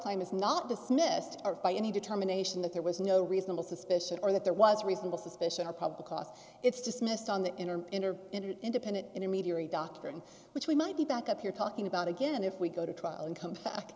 is not dismissed by any determination that there was no reasonable suspicion or that there was reasonable suspicion or probable cause it's dismissed on the inner inner independent intermediary doctrine which we might be back up here talking about again if we go to trial and come back